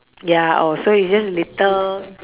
ya orh so it's just little